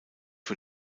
für